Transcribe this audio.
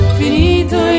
finito